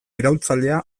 iraultzailea